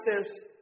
says